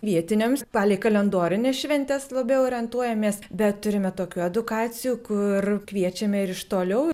vietiniams palei kalendorines šventes labiau orientuojamės bet turime tokių edukacijų kur kviečiame ir iš toliau